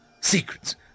Secrets